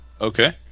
okay